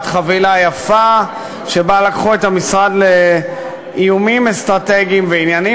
חבילה יפה שבה לקחו את המשרד לאיומים אסטרטגיים ועניינים